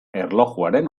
erlojuaren